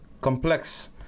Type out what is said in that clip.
complex